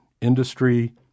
industry